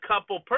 couple